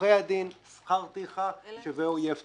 עורכי דין, שכר טרחה, שווה אויב ציבור.